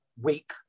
week